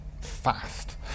fast